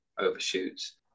overshoots